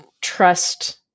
trust